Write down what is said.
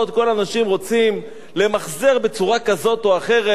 כל האנשים רוצים למחזר בצורה כזאת או אחרת את